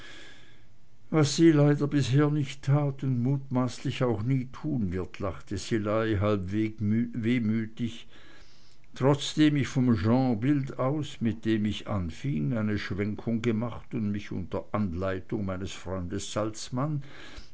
was sie leider bisher nicht tat und mutmaßlich auch nie tuen wird lachte szilagy halb wehmütig trotzdem ich vom genrebild aus mit dem ich anfing eine schwenkung gemacht und mich unter anleitung meines freundes saltzmann